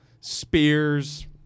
Spears